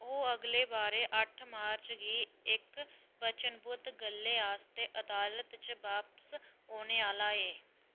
ओह् अगले ब'रै अट्ठ मार्च गी इक वचनबद्ध गल्लै आस्तै अदालत च बापस औने आह्ला ऐ